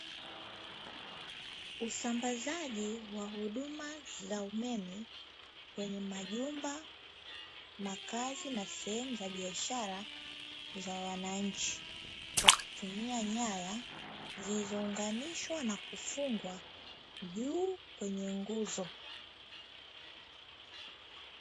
Usambazaji wa huduma za umeme kwenye majumba, makazi na sehemu za biashara za wananchi. Kwa kutumia nyaya zilizounganishwa na kufungwa juu kwenye nguzo.